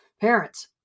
Parents